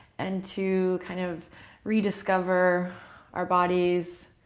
and to kind of rediscover our bodies,